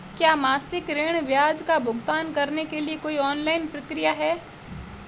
क्या मासिक ऋण ब्याज का भुगतान करने के लिए कोई ऑनलाइन प्रक्रिया है?